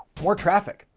more traffic.